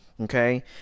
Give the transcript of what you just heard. okay